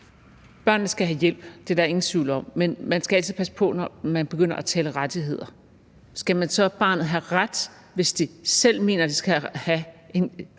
Børnene skal have hjælp – det er der ingen tvivl om. Men man skal altid passe på, når man begynder at tale rettigheder. Skal barnet så have en ret, hvis det selv mener, at det skal have et